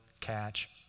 catch